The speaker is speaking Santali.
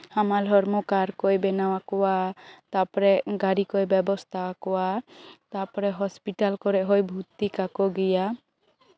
ᱦᱟᱢᱟᱞ ᱦᱚᱲᱢᱚ ᱠᱟᱨᱰ ᱠᱚᱭ ᱵᱮᱱᱟᱣ ᱟᱠᱚᱣᱟ ᱛᱟᱨᱯᱚᱨᱮ ᱜᱟ ᱰᱤ ᱠᱚᱭ ᱵᱮᱵᱚᱥᱛᱷᱟ ᱟᱠᱚᱣᱟ ᱛᱟᱨᱯᱚᱨᱮ ᱦᱚᱥᱯᱤᱴᱟᱞ ᱠᱚᱨᱮᱜ ᱦᱚᱸ ᱵᱷᱚᱨᱛᱤ ᱠᱟᱠᱚ ᱜᱮᱭᱟ